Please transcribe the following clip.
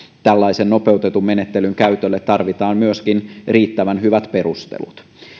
tällaisen nopeutetun menettelyn käytölle tarvitaan myöskin riittävän hyvät perustelut